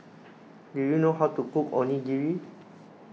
do you know how to cook Onigiri